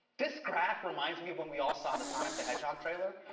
this graph reminds me of when we all saw the sonic the hedgehog trailer.